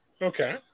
Okay